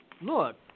look